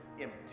empty